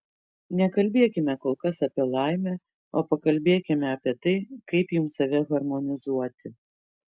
nekalbėkime kol kas apie laimę o pakalbėkime apie tai kaip jums save harmonizuoti